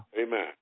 Amen